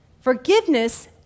Forgiveness